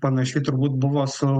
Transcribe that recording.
panašiai turbūt buvo su